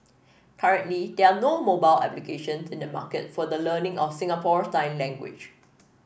currently there are no mobile applications in the market for the learning of Singapore sign language